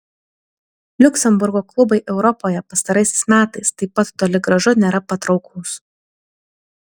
liuksemburgo klubai europoje pastaraisiais metais taip pat toli gražu nėra patrauklūs